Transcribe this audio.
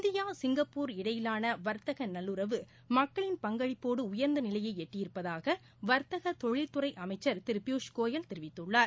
India Singapore இடையிலானவர்த்தகநல்லுறவு மக்களின் பங்களிப்போடுஉயர்ந்தநிலையைஎட்டியிருப்பதாகவர்த்தகதொழில்துறைஅமைச்சர் பியூஷ்கோயல் திரு தெரிவித்துள்ளார்